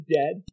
dead